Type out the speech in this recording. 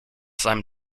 seinem